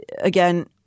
again